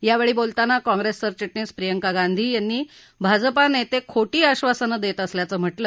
यावेळी बोलताना काँग्रेस सरचिटणीस प्रियंका गांधी यांनी भाजपा नेते खोटी आश्वासनं देत असल्याचं म्हटलं